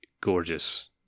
gorgeous